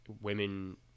women